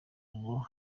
ngo